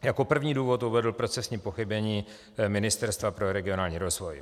Jako první důvod uvedl procesní pochybení Ministerstva pro regionální rozvoj.